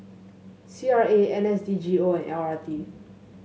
C R A N S D G O and L R T